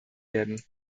werden